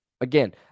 Again